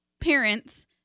parents